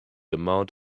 amount